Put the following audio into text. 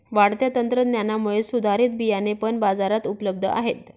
वाढत्या तंत्रज्ञानामुळे सुधारित बियाणे पण बाजारात उपलब्ध आहेत